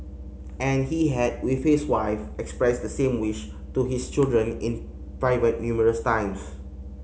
and he had with his wife expressed the same wish to his children in private numerous times